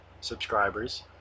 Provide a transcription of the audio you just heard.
subscribers